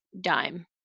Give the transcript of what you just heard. dime